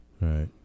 Right